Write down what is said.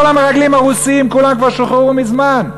כל המרגלים הרוסים, כולם כבר שוחררו מזמן.